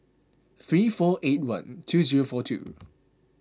three four eight one two zero four two